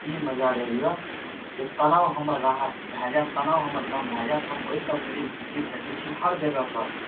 ई मजा रहैया जे तनाब हमर राहत भऽ जायत तनाब हमर कम भऽ जायत हम ओहि सबके लेल क्रिकेट देखै छी हर जगह के